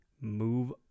move